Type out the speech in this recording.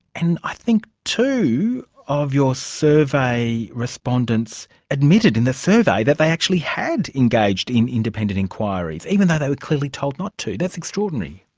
and i think two of your survey respondents admitted in the survey that they actually had engaged in independent enquiries, even though they were clearly told not to. that's extraordinary.